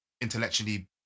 intellectually